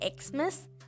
Xmas